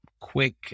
quick